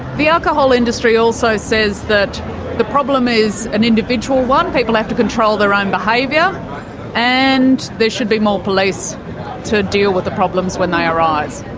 the alcohol industry also says that the problem is an individual one people have to control their own behaviour and there should be more police to deal with the problems when they arise.